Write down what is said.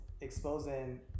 exposing